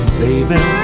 baby